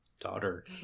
daughter